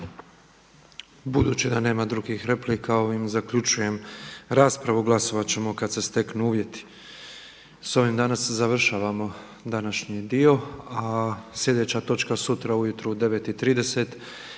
Budući da nema drugih replika ovim zaključujem raspravu. Glasovat ćemo kada se steknu uvjeti. S ovim danas završavamo današnji dio, a sljedeća točka sutra ujutro u 9,30